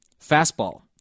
fastball